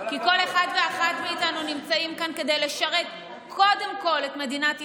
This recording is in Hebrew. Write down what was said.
כי כל אחד ואחת מאיתנו נמצאים כאן כדי לשרת קודם כול את מדינת ישראל,